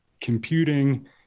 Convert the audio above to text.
computing